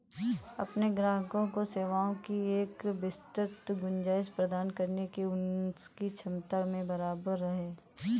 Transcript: अपने ग्राहकों को सेवाओं की एक विस्तृत गुंजाइश प्रदान करने की उनकी क्षमता में बराबर है